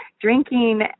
drinking